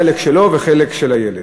חלק שלו וחלק של הילד.